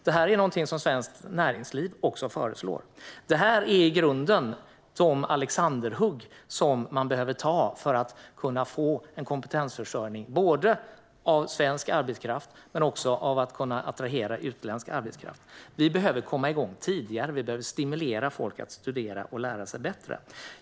Det här är någonting som Svenskt Näringsliv också föreslår. Det här är grunden och de alexanderhugg som man behöver göra för att kunna få en kompetensförsörjning både av svensk arbetskraft och för att kunna attrahera utländsk arbetskraft. Vi behöver komma igång tidigare, och vi behöver stimulera folk att studera och lära sig bättre.